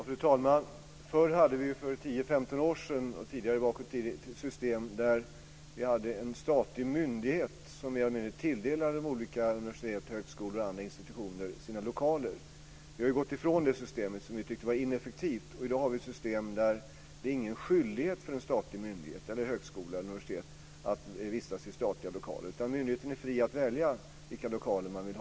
Fru talman! För tio-femton år sedan, och längre tillbaka i tiden, hade vi ett system med en statlig myndighet som tilldelade universitet, högskolor och andra institutioner lokaler. Vi har gått ifrån det systemet som vi tyckte var ineffektivt. I dag har vi ett system där det inte finns någon skyldighet för en statlig myndighet, högskola eller universitet att vistas i statliga lokaler. Myndigheten är fri att välja vilja lokaler man vill.